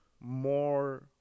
more